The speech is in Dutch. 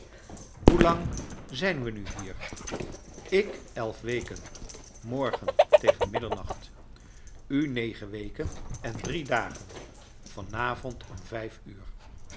hoe lang zijn wrj nu hier ik elf weken morgen tegen middernncht tj negen weken en drie dagen van avond om vijf uur